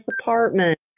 apartment